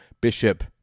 bishop